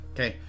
Okay